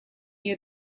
near